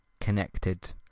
connected